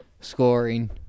scoring